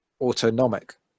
autonomic